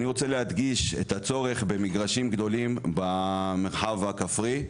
אני רוצה להדגיש את הצורך במגרשים גדולים במרחב הכפרי,